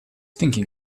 thinking